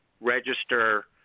register